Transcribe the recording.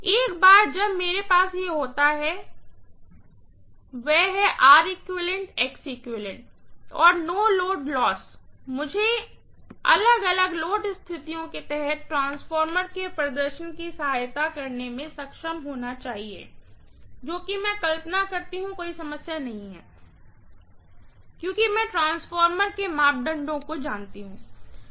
एक बार जब मेरे पास ये होता है वह है और नो लोड लॉस मुझे अलग अलग लोड स्थितियों के तहत ट्रांसफार्मर के प्रदर्शन की सहायता करने में सक्षम होना चाहिए जो की मैं कल्पना करती हूँ कोई समस्या नहीं है क्योंकि मैं ट्रांसफार्मर के मापदंडों को जानती हूँ